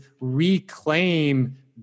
reclaim